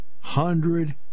hundred